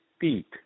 feet